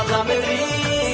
i'm not really